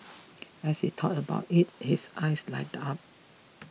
as he talks about it his eyes light up